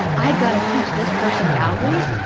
i've gotta teach this person boundaries.